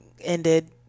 ended